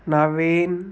Naveen